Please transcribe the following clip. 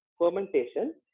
fermentation